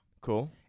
Cool